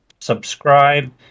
subscribe